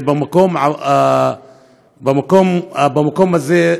במקום הזה,